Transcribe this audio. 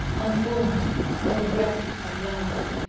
unwarmed by the breath of life.